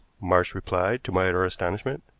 marsh replied to my utter astonishment.